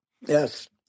Yes